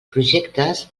projectes